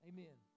Amen